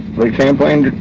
lake champlain.